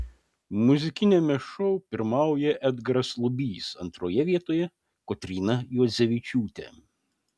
muzikiniame šou pirmauja edgaras lubys antroje vietoje kotryna juodzevičiūtė